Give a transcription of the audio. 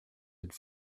had